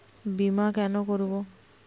বিমা কেন করব?